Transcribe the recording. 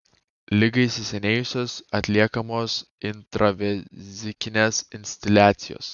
ligai įsisenėjus atliekamos intravezikinės instiliacijos